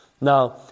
Now